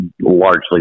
largely